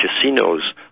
casinos